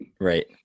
Right